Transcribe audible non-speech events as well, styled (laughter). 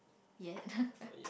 yes (laughs)